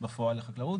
בפועל לחקלאות,